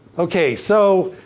okay so,